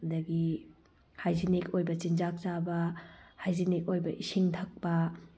ꯑꯗꯨꯗꯒꯤ ꯍꯥꯏꯖꯤꯅꯤꯛ ꯑꯣꯏꯕ ꯆꯤꯟꯖꯥꯛ ꯆꯥꯕ ꯍꯥꯏꯖꯤꯅꯤꯛ ꯑꯣꯏꯕ ꯏꯁꯤꯡ ꯊꯛꯄ